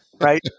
Right